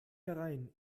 herein